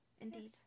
Indeed